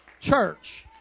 church